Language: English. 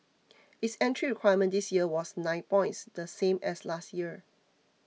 its entry requirement this year was nine points the same as last year